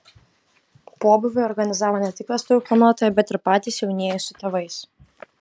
pobūvį organizavo ne tik vestuvių planuotoja bet ir patys jaunieji su tėvais